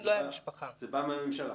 זה בא מן הממשלה?